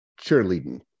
cheerleading